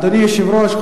אדוני היושב-ראש,